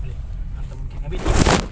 boleh hantar boon keng ambil T_V jer kan